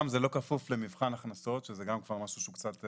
ושם זה לא כפוף למבחן הכנסות ולא כפוף להגשת בקשה.